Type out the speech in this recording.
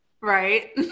right